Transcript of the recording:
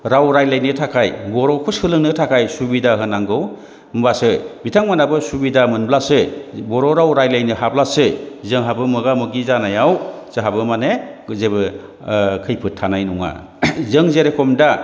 राव रायज्लायनो थाखाय बर'खौ सोलोंनो थाखाय सुबिदा होनांगौ होमब्लासो बिथांमोनहाबो सुबिदा मोनब्लासो बर' राव रायज्लायनो हाब्लासो जोंहाबो मोगा मोगि जानायाव जोंहाबो माने जेबो ओ खैफोद थानाय नङा जों जेरख'म दा